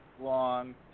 long